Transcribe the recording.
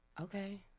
Okay